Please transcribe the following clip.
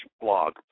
blog